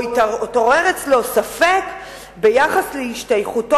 או התעורר אצלו ספק ביחס להשתייכותו